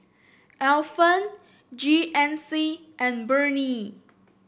Alpen G N C and Burnie